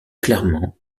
clairement